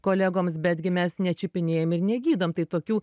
kolegoms betgi mes nečiupinėjam ir negydom tai tokių